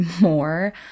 more